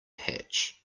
hatch